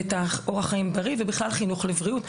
את אורח החיים הבריא ובכלל חינוך לבריאות.